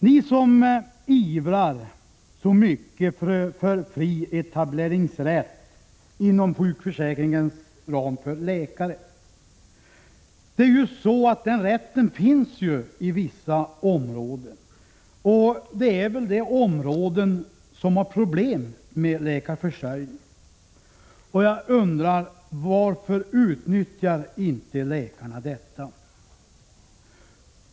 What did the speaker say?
Ni ivrar mycket för en inom sjukförsäkringens ram fri etableringsrätt för läkare. Men den rätten finns ju i vissa områden, just de områden som har problem med läkarförsörjningen. Varför utnyttjar inte läkarna detta?